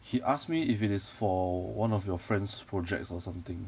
he asked me if it is for one of your friends projects or something